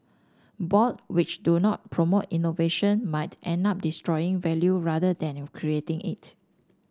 board which do not promote innovation might end up destroying value rather than creating it